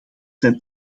zijn